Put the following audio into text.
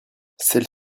celle